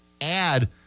add